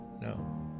no